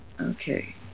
Okay